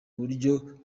uburyo